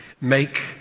make